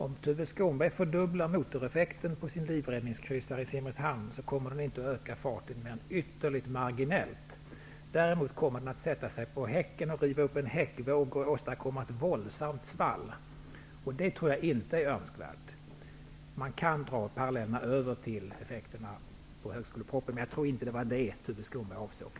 Om Tuve Skånberg fördubblar motoreffekten på sin livräddningskryssare i Simrishamn kommer den inte att öka farten mer än ytterligt marginellt. Däremot kommer den att sätta sig på ''häcken'' och åstadkomma ett våldsamt svall. Det tror jag inte är önskvärt. Man kan dra parallellen med effekten av högskolepropositionen, men jag tror inte att det var det som Tuve Skånberg avsåg.